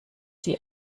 sie